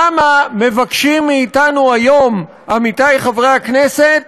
למה מבקשים מאתנו היום, עמיתי חברי הכנסת,